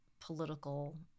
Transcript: political